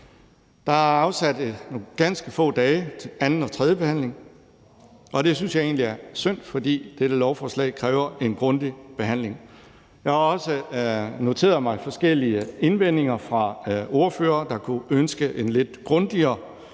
Der er afsat nogle ganske få dage til anden og tredje behandling, og det synes jeg egentlig er synd, for dette lovforslag kræver en grundig behandling. Jeg har også noteret mig forskellige indvendinger fra ordførere, der kunne ønske en lidt grundigere behandling